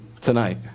tonight